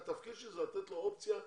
התפקיד שלי הוא לתת לו אופציה אפשרית.